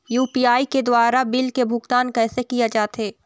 UPI के द्वारा bill के भुगतान कैसे किया जाथे?